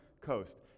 coast